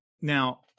now